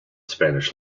spanish